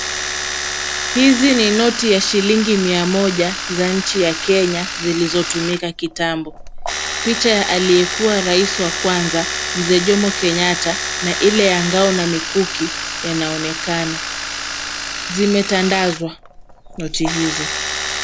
Hizi ni noti ya shilingi mia moja za nchi ya Kenya zilizotumika kitambo. Picha ya aliyekuwa rais wa kwanza Mzee Jomo Kenyatta na ile ya ngao na mikuki inaonekana. Zimetandazwa noti hizo.